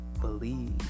believe